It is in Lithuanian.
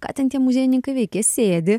ką ten tie muziejininkai veikia jie sėdi